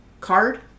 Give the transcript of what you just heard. card